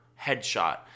headshot